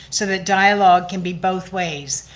so that dialogue can be both ways,